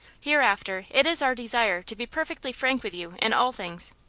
hereafter it is our desire to be perfectly frank with you in all things.